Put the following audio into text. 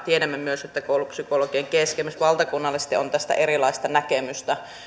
tiedämme myös että koulupsykologien kesken esimerkiksi valtakunnallisesti on tästä erilaista näkemystä